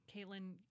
Caitlin